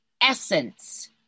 essence